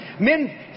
Men